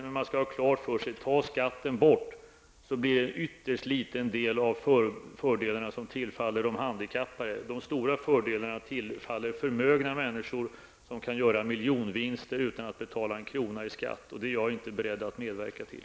Men man skall ha klart för sig, att om skatten tas bort kommer en ytterst liten del av fördelarna att tillfalla de handikappade. De stora fördelarna tillfaller förmögna människor som kan göra miljonvinster utan att betala en krona i skatt. Det är jag inte beredd att medverka till.